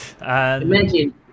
Imagine